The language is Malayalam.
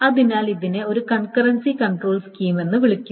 അതിനാൽ ഇതിനെ ഒരു കൺകറൻസി കൺട്രോൾ സ്കീം എന്ന് വിളിക്കുന്നു